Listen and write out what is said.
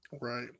Right